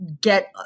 get